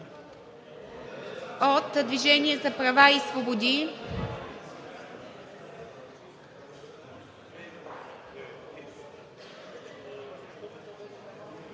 От „Движението за права и свободи“?